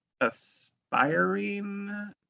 aspiring